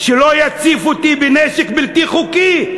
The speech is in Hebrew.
שלא יציף אותי בנשק בלתי חוקי,